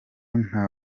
nta